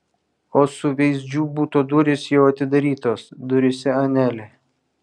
o suveizdžių buto durys jau atidarytos duryse anelė